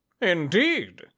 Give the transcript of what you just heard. Indeed